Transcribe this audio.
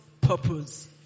purpose